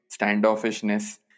standoffishness